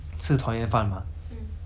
then 过后 like 她带她的